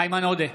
איימן עודה,